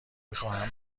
میخواهند